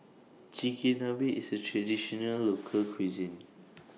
Chigenabe IS A Traditional Local Cuisine